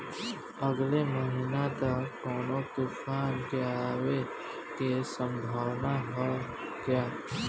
अगले महीना तक कौनो तूफान के आवे के संभावाना है क्या?